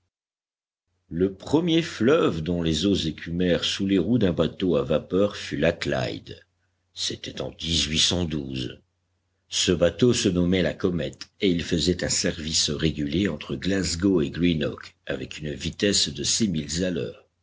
le premier fleuve dont les eaux écumèrent sous les roues d'un bateau à vapeur fut la clyde c'était en e bateau se nommait la comète et il faisait un service régulier entre glasgow et greenock avec une vitesse de